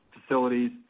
facilities